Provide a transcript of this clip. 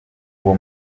uwo